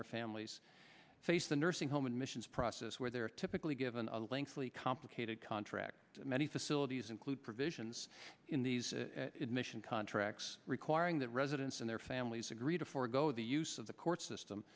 their families face the nursing home admissions process where they are typically given a link to the complicated contract many facilities include provisions in these admission contracts requiring the residents and their families agree to forego the use of the court system